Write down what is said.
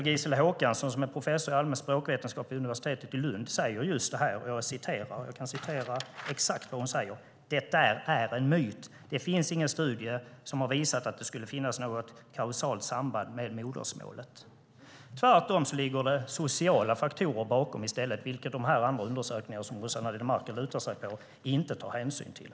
Gisela Håkansson, som är professor i allmän språkvetenskap vid universitetet i Lund, säger: "Det där är en myt. Det finns ingen studie som har visat att det skulle finnas något kausalt samband med modersmålet." Tvärtom ligger det sociala faktorer bakom i stället, vilket de undersökningar som Rossana Dinamarca lutar sig mot inte tar hänsyn till.